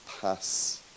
pass